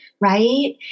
right